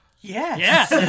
Yes